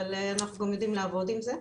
אבל אנחנו יודעים לעבוד עם זה,